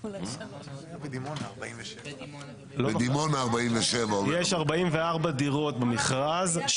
בדימונה 47. יש 44 דירות במכרז,